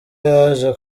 yaje